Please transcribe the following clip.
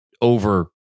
over